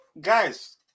guys